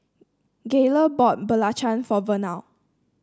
Gayle bought belacan for Vernal